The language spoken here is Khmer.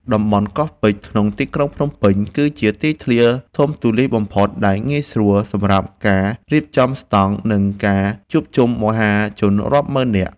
តំបន់កោះពេជ្រ ក្នុងទីក្រុងភ្នំពេញ គឺជាទីធ្លាធំទូលាយបំផុតដែលងាយស្រួលសម្រាប់ការរៀបចំស្ដង់ និងការជួបជុំមហាជនរាប់ម៉ឺននាក់។